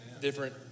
different